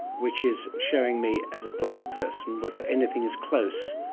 which is showing me, as a blind person, whether anything is close,